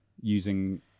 using